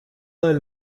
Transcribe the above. del